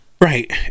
Right